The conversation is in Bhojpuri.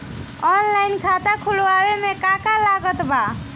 ऑनलाइन खाता खुलवावे मे का का लागत बा?